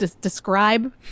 Describe